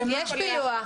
יש פילוח.